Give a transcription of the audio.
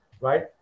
right